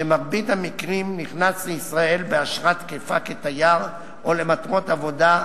שבמרבית המקרים נכנס לישראל באשרה תקפה כתייר או למטרות עבודה,